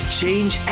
change